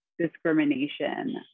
discrimination